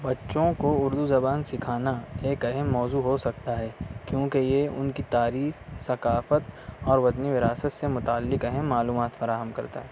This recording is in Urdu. بچوں کو اردو زبان سکھانا ایک اہم موضوع ہو سکتا ہے کیونکہ یہ ان کی تاریخ ثقافت اور وطنی وراثت سے متعلق اہم معلومات فراہم کرتا ہے